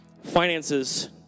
Finances